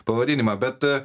pavadinimą bet